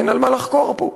אין על מה לחקור פה.